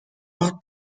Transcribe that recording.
war